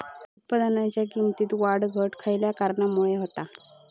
उत्पादनाच्या किमतीत वाढ घट खयल्या कारणामुळे होता?